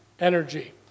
energy